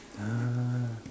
ah